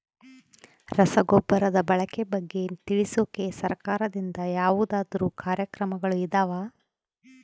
ರಸಗೊಬ್ಬರದ ಬಳಕೆ ಬಗ್ಗೆ ತಿಳಿಸೊಕೆ ಸರಕಾರದಿಂದ ಯಾವದಾದ್ರು ಕಾರ್ಯಕ್ರಮಗಳು ಇದಾವ?